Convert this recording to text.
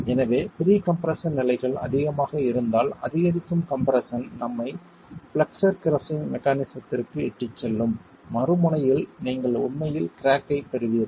எனவே pre compression நிலைகள் அதிகமாக இருந்தால் அதிகரிக்கும் கம்ப்ரெஸ்ஸன் நம்மை பிளக்ஸர் கிரஸ்ஸிங் மெக்கானிஸத்திற்கு இட்டுச் செல்லும் மறுமுனையில் நீங்கள் உண்மையில் கிராக் ஐ ப் பெறுகிறீர்கள்